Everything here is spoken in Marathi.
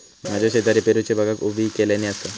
माझ्या शेजारी पेरूची बागा उभी केल्यानी आसा